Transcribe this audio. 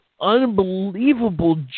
unbelievable